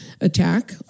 attack